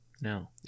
No